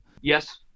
Yes